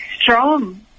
strong